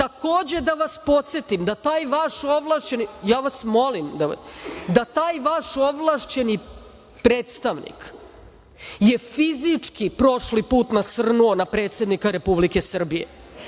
da vas podsetim da taj vaš ovlašćeni predstavnik je fizički prošli put nasrnuo na predsednika Republike Srbije,